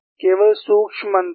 केवल सूक्ष्म अंतर है